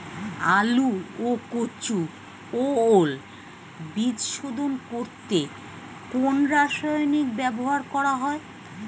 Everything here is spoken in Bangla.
আলু ও কচু ও ওল বীজ শোধন করতে কোন রাসায়নিক ব্যবহার করা হয়?